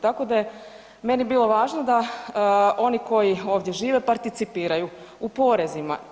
Tako da je meni bilo važno da oni koji ovdje žive participiraju u porezima.